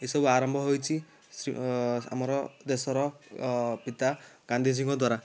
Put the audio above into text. ଏସବୁ ଆରମ୍ଭ ହୋଇଛି ଆମର ଦେଶର ପିତା ଗାନ୍ଧିଜୀଙ୍କ ଦ୍ୱାରା